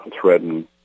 threaten